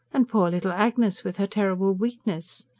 and poor little agnes with her terrible weakness.